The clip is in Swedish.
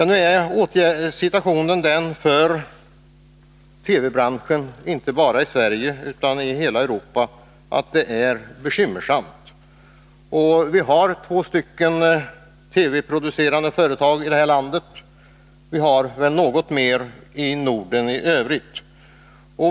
Nu är situationen bekymmersam för TV-branschen, inte bara i Sverige utan i hela Europa. Vi har två TV-producerande företag i det här landet, och det finns väl några fler i Norden i övrigt.